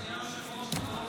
אדוני היושב-ראש,